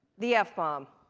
the f-bomb.